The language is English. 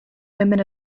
women